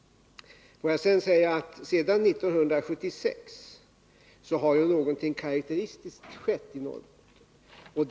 Får jag därefter säga att sedan 1976 har någonting karakteristiskt skett i Norrbotten.